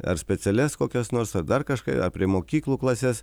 ar specialias kokias nors ar dar kažką ar prie mokyklų klases